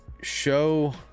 show